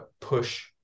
push